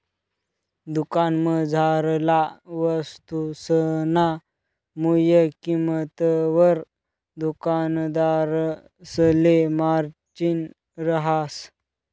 दुकानमझारला वस्तुसना मुय किंमतवर दुकानदारसले मार्जिन रहास